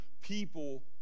people